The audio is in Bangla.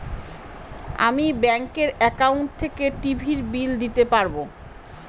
আমি ব্যাঙ্কের একাউন্ট থেকে টিভির বিল দিতে পারবো